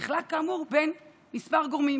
נחלק כאמור בין כמה גורמים,